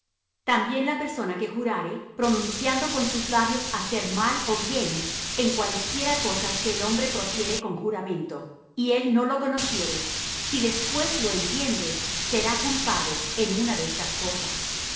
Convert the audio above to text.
también la persona que jurare pronunciando con sus labios hacer mal ó bien en cualesquiera cosas que el hombre profiere con juramento y él no lo conociere si después lo entiende será culpado en una de estas cosas